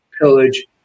pillage